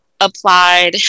applied